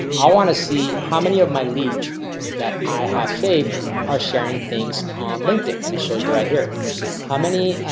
i want to see how many of my leads that i have saved are sharing things on linkedin and it shows you right here how many